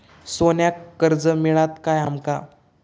सोन्याक कर्ज मिळात काय आमका?